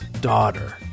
daughter